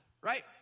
right